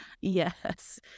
Yes